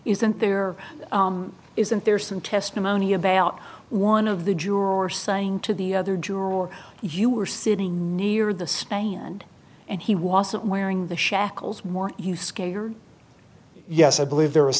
isn't there isn't there some testimony about one of the juror saying to the other juror you were sitting near the stand and he wasn't wearing the shackles more you skater yes i believe there